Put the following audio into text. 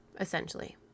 essentially